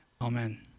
Amen